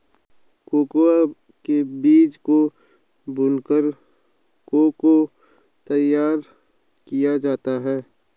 cocoa के बीज को भूनकर को को तैयार किया जाता है